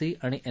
C आणि N